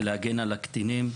להגן על הקטינים.